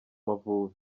mavubi